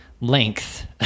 length